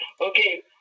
okay